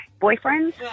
boyfriends